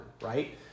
right